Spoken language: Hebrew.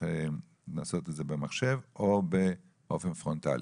לעשות את זה במחשב, או באופן פרונטלי.